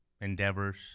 endeavors